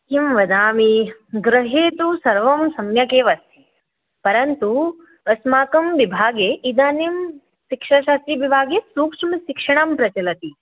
किं वदामि गृहे तु सर्वं सम्यक् एव अस्ति परन्तु अस्माकं विभागे इदानीं शिक्षाशास्त्रीविभागे सूक्ष्मशिक्षणं प्रचलति